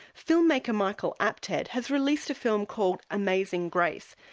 film maker michael apted has released a film called amazing grace,